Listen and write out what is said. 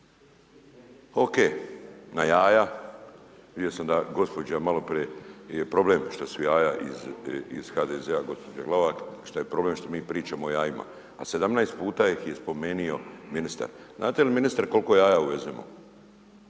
da gospođa, maloprije, je problem, što su jaja iz HDZ-a, gospođa Glavak, šta je problem što mi pričamo o jajima, a 17 puta ih je spomenuo ministar. Znate li ministre koliko jaja uvezemo?